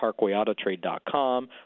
parkwayautotrade.com